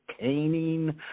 caning